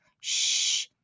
Shh